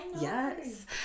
yes